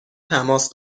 تماس